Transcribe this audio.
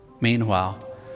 Meanwhile